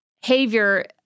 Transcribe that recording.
behavior